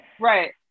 right